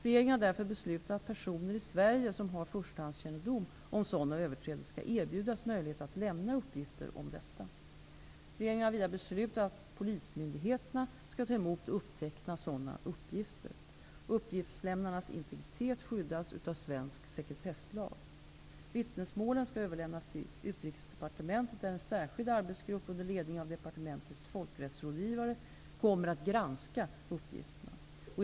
Regeringen har därför beslutat att personer i Sverige som har förstahandskännedom om sådana överträdelser skall erbjudas möjlighet att lämna uppgifter om detta. Regeringen har vidare beslutat att polismyndigheterna skall ta emot och uppteckna sådana uppgifter. Uppgiftslämnarnas integritet skyddas av svensk sekretesslag. Vittnesmålen skall överlämnas till Utrikesdepartementet, där en särskild arbetsgrupp under ledning av departementets folkrättsrådgivare kommer att granska uppgifterna.